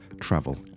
travel